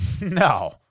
no